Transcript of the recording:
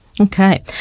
Okay